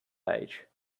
age